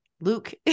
Luke